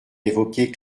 évoqués